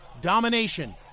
Domination